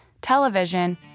television